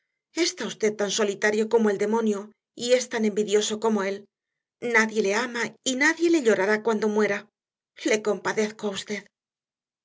está usted tan solitario como el demonio y es tan envidioso como él nadie le ama y nadie le llorará cuando muera le compadezco a usted